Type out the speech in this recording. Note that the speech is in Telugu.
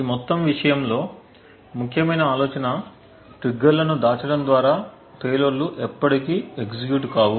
ఈ మొత్తం విషయం లో ముఖ్యమైన ఆలోచన ట్రిగ్గర్లను దాచడం ద్వారా పేలోడ్లు ఎప్పటికీ ఎగ్జిక్యూట్ కావు